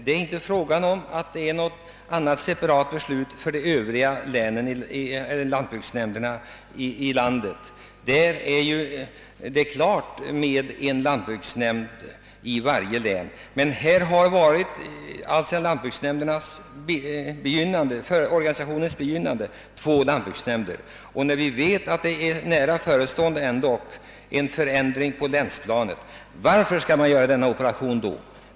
Det är inte fråga om något separat beslut för övriga lantbruksnämnder, ty beträffande landet i övrigt är det ju bara en lantbruksnämnd i varje län. I älvsborgs län har det emellertid ända sedan lantbruksnämndsorganisationens tillkomst funnits två lantbruksnämnder, och när vi vet att en förändring på länsplanet ändå är nära förestående frågar jag mig varför denna förändring skall behöva göras nu.